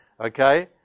Okay